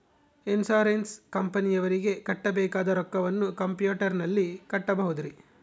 Insurance ಕಂಪನಿಯವರಿಗೆ ಕಟ್ಟಬೇಕಾದ ರೊಕ್ಕವನ್ನು ಕಂಪ್ಯೂಟರನಲ್ಲಿ ಕಟ್ಟಬಹುದ್ರಿ?